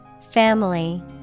Family